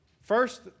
First